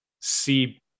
see